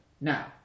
Now